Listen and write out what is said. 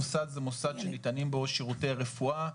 מוסד זה מוסד שניתנים בו שירותי רפואה,